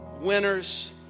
Winners